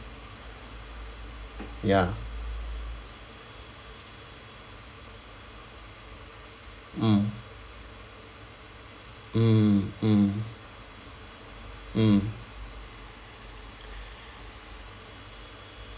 ya mm mm mm mm